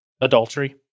Adultery